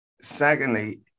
Secondly